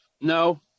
No